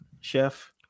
chef